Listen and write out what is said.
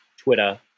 Twitter